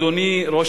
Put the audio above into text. אדוני ראש